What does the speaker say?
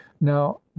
now